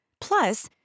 Plus